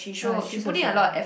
ya she is also very nice